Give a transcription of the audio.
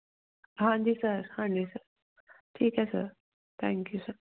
ਹਾਂਜੀ ਸਰ ਹਾਂਜੀ ਸਰ ਠੀਕ ਹੈ ਸਰ ਥੈਂਕ ਯੂ ਸਰ